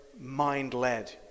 mind-led